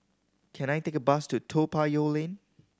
can I take a bus to Toa Payoh Lane